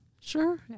sure